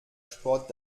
sport